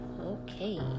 Okay